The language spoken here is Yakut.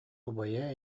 убайа